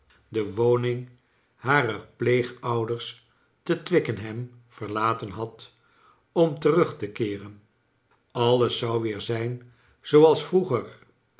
de woning harer pleegouders te twickenham verlaten had om terug te keeren alles zou weer zijn zooals vroeger